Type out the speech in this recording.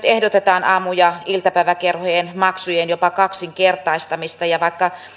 ehdotetaan aamu ja iltapäiväkerhojen maksujen jopa kaksinkertaistamista ja vaikka